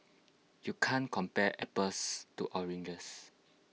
you can't compare apples to oranges